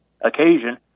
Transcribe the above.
occasion